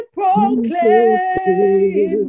proclaim